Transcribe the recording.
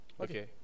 Okay